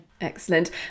Excellent